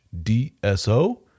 DSO